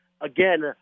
again